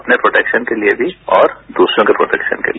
अपने प्रोटैक्शन के लिए भी और दूसरों के प्रोटैक्शन के लिए